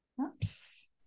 Oops